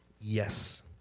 Yes